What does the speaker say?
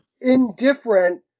indifferent